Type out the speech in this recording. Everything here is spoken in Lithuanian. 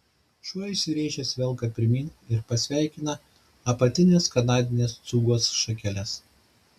šuo įsiręžęs velka pirmyn ir pasveikina apatines kanadinės cūgos šakeles